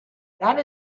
that